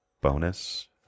bonus